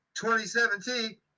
2017